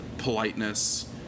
politeness